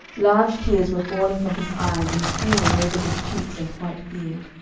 large tears were falling from his eyes and streaming over his cheeks and white beard.